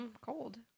Cold